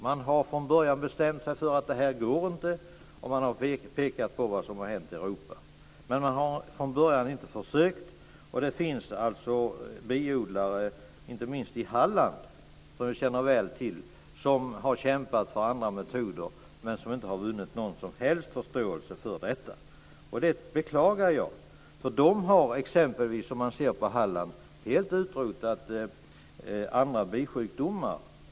Man har från början bestämt sig för att detta inte går, och man har pekat på vad som har hänt i Europa. Men man har inte försökt från början. Det finns alltså biodlare, inte minst i Halland som jag känner väl till, som har kämpat för andra metoder och inte vunnit någon som helst förståelse för detta. Jag beklagar det. I Halland har de t.ex. helt utrotat andra bisjukdomar.